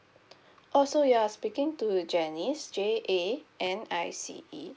oh so you are speaking to janice J A N I C E